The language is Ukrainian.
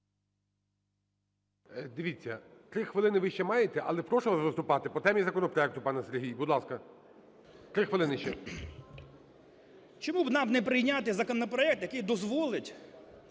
Чому б нам не прийняти законопроект, який дозволить